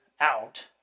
out